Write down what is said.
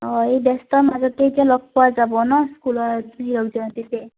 অঁ এই ব্যস্ততাৰ মাজতেই এতিয়া লগ পোৱা যাব ন স্কুলৰ হীৰক জয়ন্তী পাতিছে